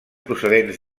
procedents